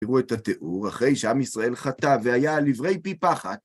תראו את התיאור אחרי שעם ישראל חטא והיה על עברי פי פחת.